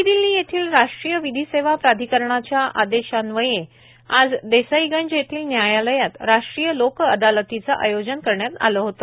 नवी दिल्ली येथील राष्ट्रीय विधीसेवा प्राधिकरणाच्या आदेशान्वये आज देसाईगंज येथील न्यायालयात राष्ट्रीय लोक अदालतीचे आयोजन करण्यात आले होते